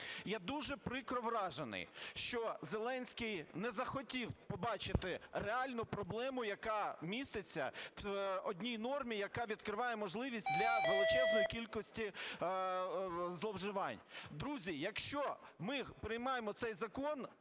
я дуже прикро вражений, що Зеленський не захотів побачити реальну проблему, яка міститься в одній нормі, яка відкриває можливість для величезної кількості зловживань. Друзі, якщо ми приймаємо цей закон,